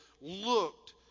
looked